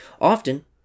Often